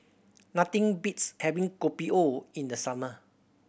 nothing beats having Kopi O in the summer